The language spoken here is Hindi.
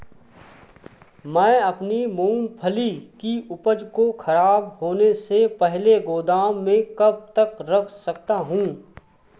मैं अपनी मूँगफली की उपज को ख़राब होने से पहले गोदाम में कब तक रख सकता हूँ?